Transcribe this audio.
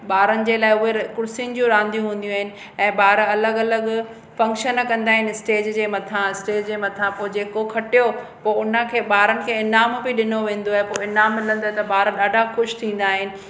ॿारनि जे लाइ उहे कुर्सियुनि जी रांदियूं हूंदियूं आहिनि ऐं ॿार अलॻि अलॻि फंक्शन कंदा आहिनि स्टेज जे मथा स्टेज जे मथा पोइ जेको खटियो पोइ हुनखे ॿारनि खे ईनाम बि ॾिनो वेंदो आहे पोइ ईनाम मिलंदा त ॿार ॾाढा ख़ुशि थींदा आहिनि